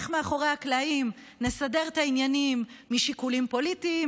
איך מאחורי הקלעים נסדר את העניינים משיקולים פוליטיים,